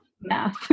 math